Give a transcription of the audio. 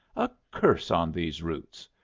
a curse on these roots.